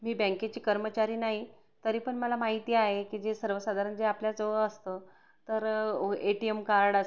मी बँकेची कर्मचारी नाही तरी पण मला माहिती आहे की जे सर्वसाधारण जे आपल्याजवळ असतं तर व A T M card us